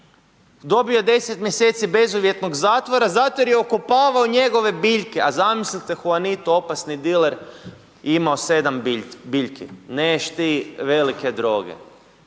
dobio je 10 mjeseci bezuvjetnog zatvora zato jer je okopavao njegove biljke, a zamislite Huanito opasni diler imao 7 biljki, neš ti velike droge,